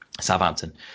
Southampton